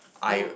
I'd